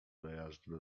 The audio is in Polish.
dojazdu